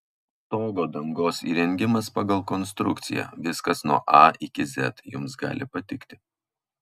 stogo dangos įrengimas pagal konstrukciją viskas nuo a iki z jums gali patikti